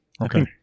Okay